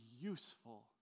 useful